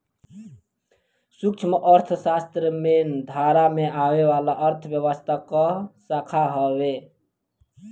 सूक्ष्म अर्थशास्त्र मेन धारा में आवे वाला अर्थव्यवस्था कअ शाखा हवे